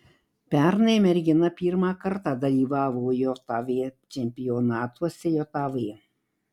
pernai mergina pirmą kartą dalyvavo jav čempionatuose jav